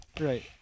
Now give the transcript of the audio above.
right